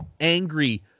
angry